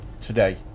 today